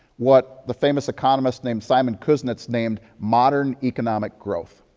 what the famous economist, named simon kuznets, named modern economic growth.